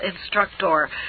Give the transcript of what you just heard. instructor